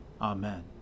Amen